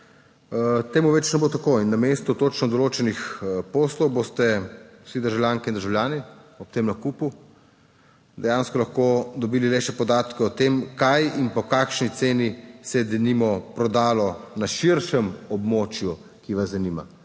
temu več ne bo tako. In namesto točno določenih poslov boste vsi državljanke in državljani ob tem nakupu dejansko lahko dobili le še podatke o tem, kaj in po kakšni ceni se je, denimo, prodalo na širšem območju, ki vas zanima,